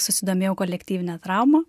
susidomėjau kolektyvine trauma